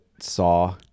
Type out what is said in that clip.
saw